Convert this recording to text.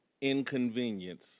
inconvenience